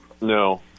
No